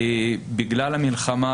בזמן המלחמה,